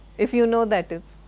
if you know, that is.